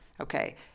okay